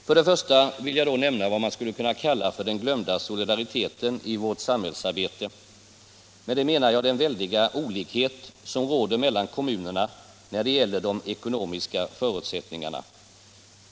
För det första vill jag då nämna vad man skulle kunna kalla ”den glömda solidariteten” i vårt samhällsarbete. Med det menar jag den väldiga olikhet som råder mellan kommunerna när det gäller de ekonomiska förutsättningarna.